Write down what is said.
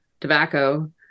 tobacco